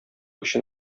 өчен